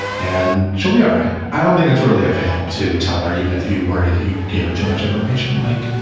and she'll be all right. i don't think it's really a fail to tell her, even if you worry that you gave her too much information. like,